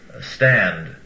stand